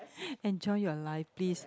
enjoy your life please